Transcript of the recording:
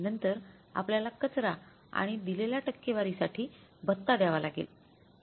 नंतर आपल्याला कचरा आणि दिलेल्या टक्केवारीसाठी भत्ता द्यावा लागेल